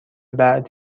بعد